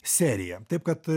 serija taip kad